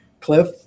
Cliff